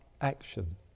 action